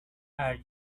are